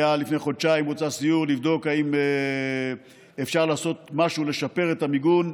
לפני חודשיים בוצע סיור לבדוק אם אפשר לעשות משהו לשפר את המיגון.